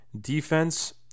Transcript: defense